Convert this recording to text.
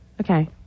Okay